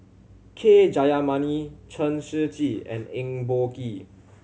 K Jayamani Chen Shiji and Eng Boh Kee